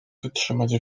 wytrzymać